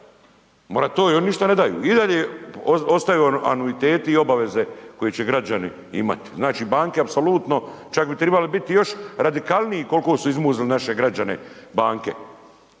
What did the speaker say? moratorij oni ništa ne daju i dalje ostaju anuiteti i obaveze koje će građani imati. Znači banke apsolutno čak bi tribale biti još radikalniji koliko su izmuzli naše građane banke,